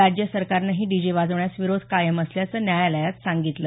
राज्य सरकारनंही डीजे वाजवण्यास विरोध कायम असल्याचं न्यायालयात सांगितलं